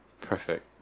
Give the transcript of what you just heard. perfect